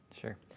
Sure